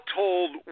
told